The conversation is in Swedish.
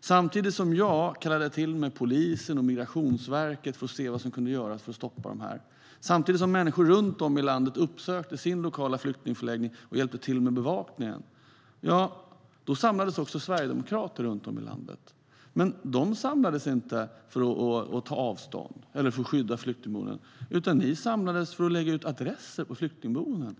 samtidigt som jag kallade till mig polisen och Migrationsverket för att höra vad som kunde göras för att stoppa detta, samtidigt som människor runt om i landet uppsökte sin lokala flyktingförläggning och hjälpte till med bevakningen, då samlades också ni sverigedemokrater runt om i landet. Men ni samlades inte för att ta avstånd eller för att skydda flyktingboenden, utan ni samlades för att lägga ut adresser till flyktingboenden.